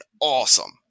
awesome